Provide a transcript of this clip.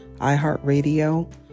iHeartRadio